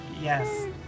Yes